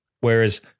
Whereas